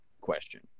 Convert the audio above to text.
question